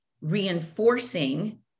reinforcing